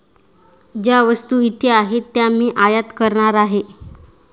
ज्या वस्तू इथे आहेत त्या मी आयात करणार आहे